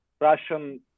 Russian